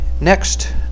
next